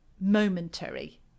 momentary